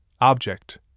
object